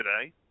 today